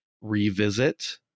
revisit